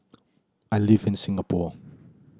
I live in Singapore